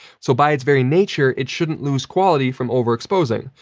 so, by it's very nature, it shouldn't lose quality from overexposing,